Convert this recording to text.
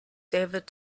david